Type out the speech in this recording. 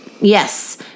Yes